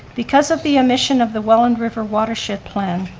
because of the omission of the welland river watershed plan